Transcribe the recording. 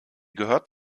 gehört